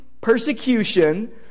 persecution